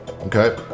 Okay